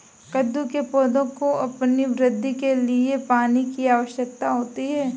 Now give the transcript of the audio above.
कद्दू के पौधों को अपनी वृद्धि के लिए पानी की आवश्यकता होती है